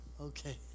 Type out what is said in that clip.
Okay